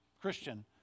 Christian